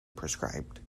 prescribed